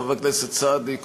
חבר הכנסת סעדי,